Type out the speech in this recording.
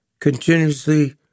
continuously